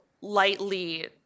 lightly